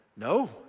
no